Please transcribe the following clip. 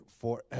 forever